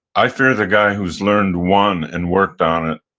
i fear the guy who has learned one and worked on it,